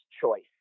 choice